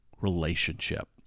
relationship